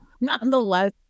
Nonetheless